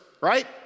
right